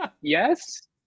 Yes